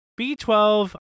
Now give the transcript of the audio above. B12